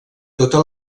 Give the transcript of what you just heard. tota